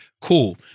Cool